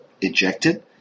ejected